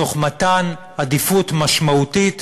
תוך מתן עדיפות משמעותית